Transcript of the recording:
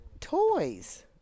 toys